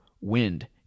wind